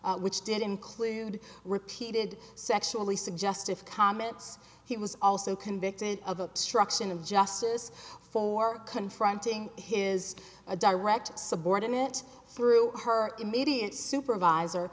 n which did include repeated sexually suggestive comments he was also convicted of obstruction of justice for confronting his a direct subordinate through her immediate supervisor